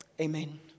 Amen